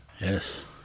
Yes